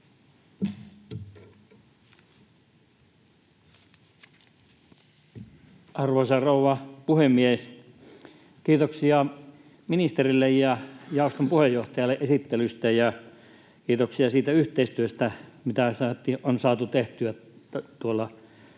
Arvoisa rouva puhemies! Kiitoksia ministerille ja jaoston puheenjohtajalle esittelystä ja kiitoksia siitä yhteistyöstä, mitä on saatu tehtyä niin tuolla